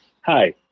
hi